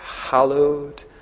Hallowed